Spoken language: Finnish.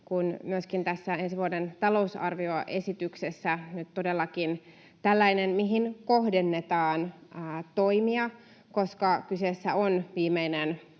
kuin myöskin tässä ensi vuoden talousarvioesityksessä nyt todellakin tällainen, mihin kohdennetaan toimia, koska kyseessä on viimeinen